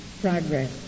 progress